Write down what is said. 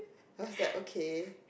I was like okay